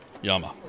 Yama